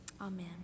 Amen